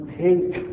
take